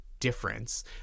difference